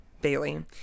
bailey